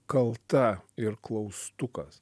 kalta ir klaustukas